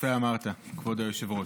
יפה אמרת, כבוד היושב-ראש.